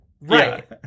right